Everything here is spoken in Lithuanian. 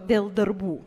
dėl darbų